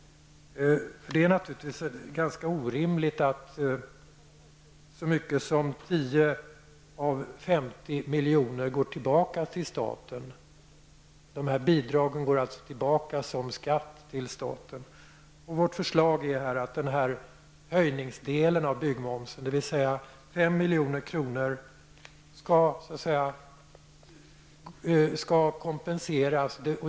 Det är orimligt att så mycket som 10 av 50 miljoner går tillbaka till staten -- bidragen går alltså tillbaka till staten som skatt. Vårt förslag är att höjningen av byggmomsen, dvs. 5 miljoner, skall kompenseras.